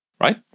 right